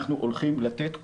אנחנו הולכים לתת כוכבים,